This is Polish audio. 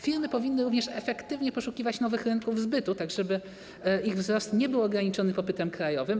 Firmy powinny również efektywnie poszukiwać nowych rynków zbytu, tak żeby ich wzrost nie był ograniczony popytem krajowym.